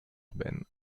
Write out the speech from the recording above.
urbaine